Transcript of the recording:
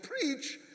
preach